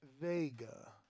Vega